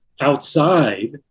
outside